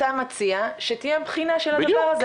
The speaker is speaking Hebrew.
אתה מציע שתהיה בחינה של הדבר הזה.